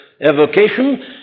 avocation